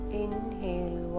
inhale